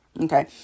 okay